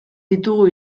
ditugu